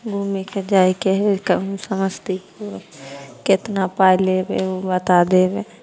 घुमैके जाइके हइ कहुँ समस्तीपुर कतना पाइ लेबै ओ बता देबै